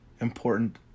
important